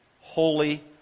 holy